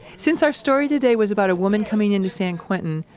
since our story today was about a woman coming into san quentin,